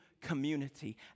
community